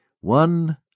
One